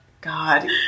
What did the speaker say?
God